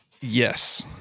Yes